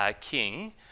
king